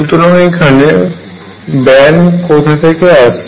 সুতরাং এখানে ব্যান্ড কোথা থেকে আসছে